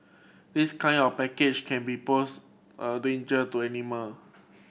this kind of package can be pose a danger to animal